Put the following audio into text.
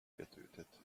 getötet